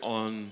on